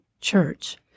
church